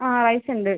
ആ റൈസുണ്ട്